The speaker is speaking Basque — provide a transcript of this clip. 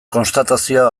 konstatazioa